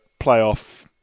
playoff